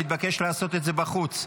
מתבקש לעשות את זה בחוץ.